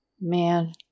Man